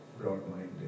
broad-minded